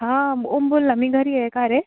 हां ओम बोल ना मी घरी आहे का रे